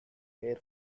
hair